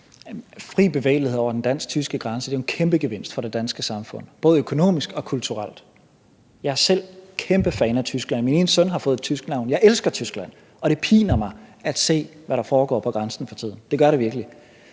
Fri bevægelighed over den dansk-tyske grænse er en kæmpe gevinst for det danske samfund, både økonomisk og kulturelt. Jeg er selv kæmpe fan af Tyskland. Min ene søn har fået et tysk navn. Jeg elsker Tyskland, og det piner mig at se, hvad der foregår på grænsen for tiden. Det gør det virkelig.